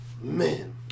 man